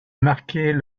marqués